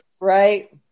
right